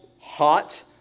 hot